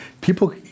people